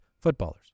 footballers